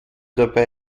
dabei